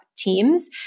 Teams